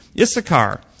Issachar